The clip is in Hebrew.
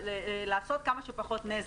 לעשות כמה שפחות נזק.